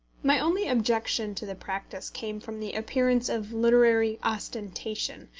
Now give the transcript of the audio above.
my only objection to the practice came from the appearance of literary ostentation,